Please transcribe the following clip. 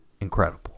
incredible